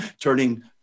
turning